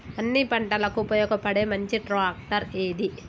అన్ని పంటలకు ఉపయోగపడే మంచి ట్రాక్టర్ ఏది?